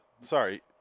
sorry